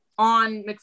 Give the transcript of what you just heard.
on